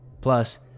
plus